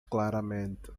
claramente